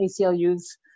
ACLU's